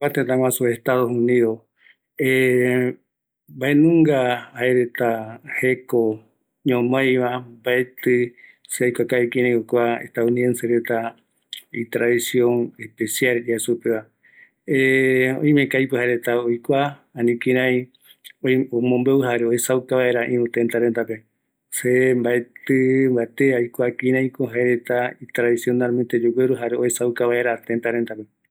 Kua tëtä guasu jeko omomoe iyɨpɨ reta oeya supeva, oïmera jaereta jekuaeño oesauka reta arakae oiko va reta regua, se nbaetɨ aikua mbate, jaere aesava kïraïko yogueru retava